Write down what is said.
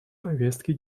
повестки